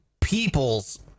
people's